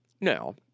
Now